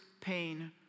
pain